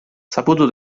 saputo